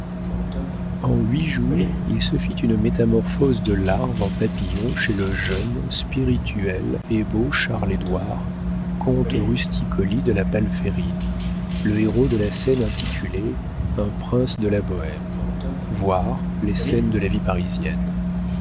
en huit jours il se fit une métamorphose de larve en papillon chez le jeune spirituel et beau charles édouard comte rusticoli de la palférine le héros de la scène intitulée un prince de la bohême voir les scènes de la vie parisienne